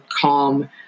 calm